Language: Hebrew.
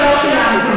הפרוטוקול מאפשר לי,